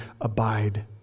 abide